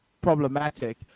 problematic